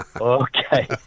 Okay